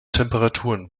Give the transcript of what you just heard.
temperaturen